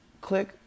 Click